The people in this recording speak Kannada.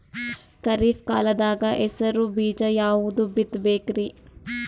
ಖರೀಪ್ ಕಾಲದಾಗ ಹೆಸರು ಬೀಜ ಯಾವದು ಬಿತ್ ಬೇಕರಿ?